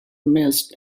mist